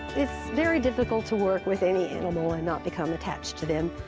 it's very difficult to work with any animal and not become attached to them,